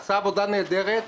שעשה עבודה נהדרת,